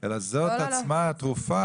אלא זאת עצמה תרופה,